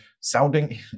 sounding